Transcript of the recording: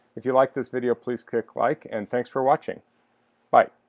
if you liked this video, please click like and thanks for watching bye